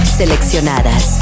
seleccionadas